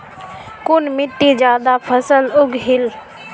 कुन मिट्टी ज्यादा फसल उगहिल?